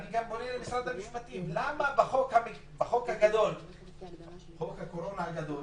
אני גם פונה למשרד המשפטים: למה בחוק הקורונה הגדול